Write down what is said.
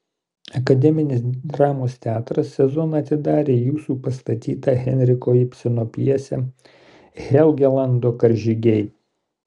akademinis dramos teatras sezoną atidarė jūsų pastatyta henriko ibseno pjese helgelando karžygiai